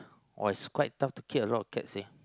!wah! it's quite tough to keep a lot of cats seh